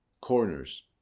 corners